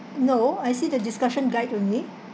no I see the discussion guide only